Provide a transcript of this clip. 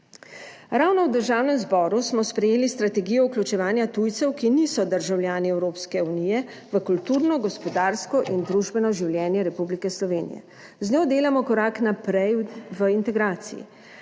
Ravno v Državnem zboru smo sprejeli strategijo vključevanja tujcev, ki niso državljani Evropske unije, v kulturno, gospodarsko in družbeno življenje Republike Slovenije. Z njo delamo korak naprej v integraciji.